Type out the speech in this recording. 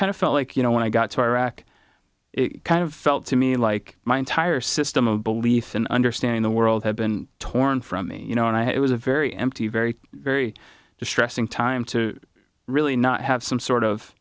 kind of felt like you know when i got to iraq it kind of felt to me like my entire system of belief and understanding the world had been torn from me you know and i it was a very empty very very distressing time to really not have some sort of